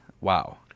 Wow